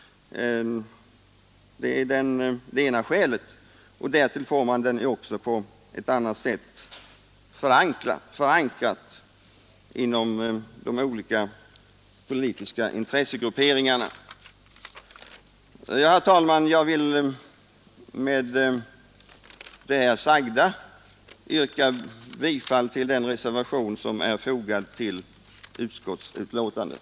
Det är det ena skälet, Det andra skälet är att man därtill får frågan på ett annat sätt förankrad inom de olika politiska intressegrupperingarna. Med det sagda, herr talman, vill jag yrka bifall till den reservation som är fogad till utskottsbetänkandet.